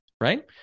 Right